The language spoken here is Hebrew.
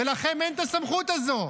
ולכם אין את הסמכות הזו.